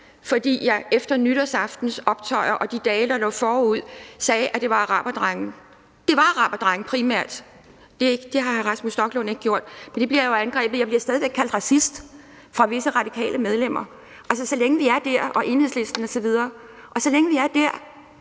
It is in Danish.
fordi jeg efter nytårsaftens optøjer og de dage, der lå forud, sagde, at det var araberdrenge? Det var primært araberdrenge. Hr. Rasmus Stoklund har ikke gjort det, men det bliver jo angrebet, og jeg bliver stadig væk kaldt racist af visse radikale medlemmer og Enhedslisten osv. Altså, så længe vi er der,